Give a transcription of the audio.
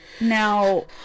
now